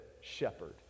shepherd